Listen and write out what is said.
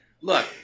Look